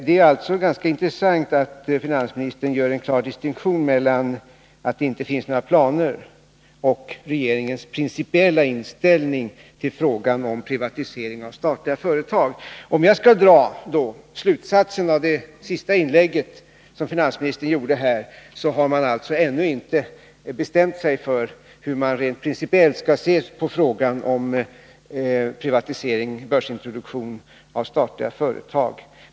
Det är intressant att finansministern gör en klar distinktion mellan det faktum att det inte finns några planer och regeringens principiella inställning till frågan om privatisering av statliga företag. Slutsatsen av det senaste inlägg finansministern gjorde är alltså att man ännu inte bestämt sig för hur man rent principiellt skall se på frågan om privatisering, börsintroduktion, av statliga företag.